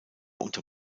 unter